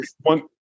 One